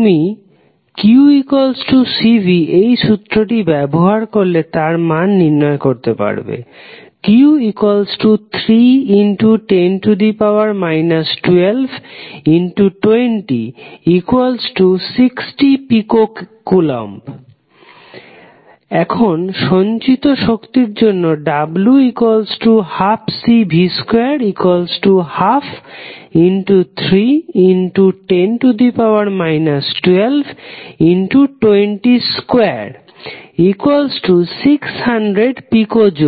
তুমি qCv এই সূত্রটি ব্যবহার করলে তার মান নির্ণয় করতে পারবে q310 122060 pC এখন সঞ্চিত শক্তির জন্য w12Cv212310 12202600pJ